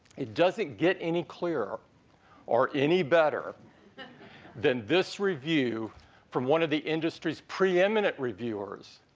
it doesn't get any clearer or any better than this review from one of the industries preeminent reviewers.